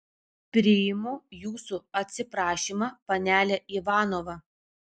priimu jūsų atsiprašymą panele ivanova